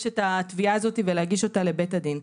את התביעה הזאת ולהגיש אותה לבית הדין.